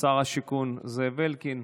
שר השיכון זאב אלקין.